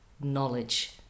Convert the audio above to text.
knowledge